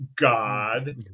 God